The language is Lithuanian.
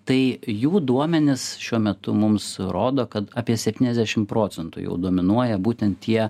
tai jų duomenys šiuo metu mums rodo kad apie septyniasdešim procentų jau dominuoja būtent tie